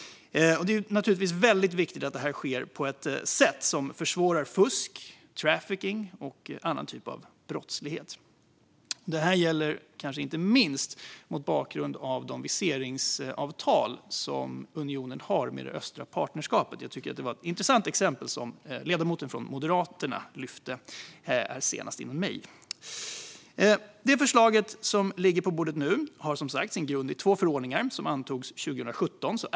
Det är naturligtvis väldigt viktigt att detta sker på ett sätt som försvårar fusk, trafficking och annan typ av brottslighet. Detta gäller kanske inte minst mot bakgrund av de viseringsavtal som unionen har med det östliga partnerskapet, och jag tycker att det var ett intressant exempel som ledamoten från Moderaterna lyfte fram. Det förslag som nu ligger på bordet har som sagt sin grund i två förordningar som antogs 2017.